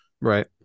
right